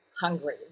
hungry